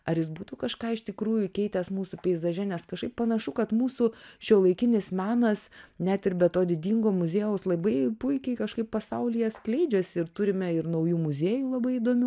ar jis būtų kažką iš tikrųjų keitęs mūsų peizaže nes kažkaip panašu kad mūsų šiuolaikinis menas net ir be to didingo muziejaus labai puikiai kažkaip pasaulyje skleidžiasi ir turime ir naujų muziejų labai įdomių